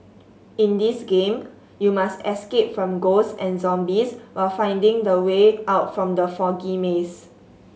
in this game you must escape from ghost and zombies while finding the way out from the foggy maze